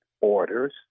orders